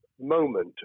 moment